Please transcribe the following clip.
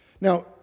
Now